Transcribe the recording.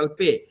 pay